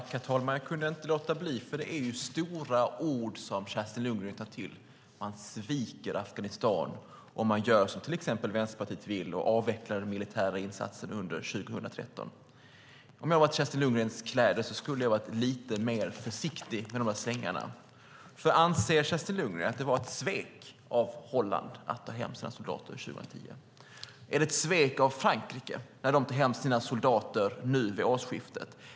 Herr talman! Jag kunde inte låta bli att begära replik, för det är ju stora ord som Kerstin Lundgren tar till. Man sviker Afghanistan om man gör som till exempel Vänsterpartiet vill och avvecklar den militära insatsen under 2013. Om jag hade varit i Kerstin Lundgrens kläder skulle jag ha varit lite mer försiktig i de där svängarna. Anser Kerstin Lundgren att det var ett svek av Holland att ta hem sina soldater 2010? Är det ett svek av Frankrike när de tar hem sina soldater vid årsskiftet?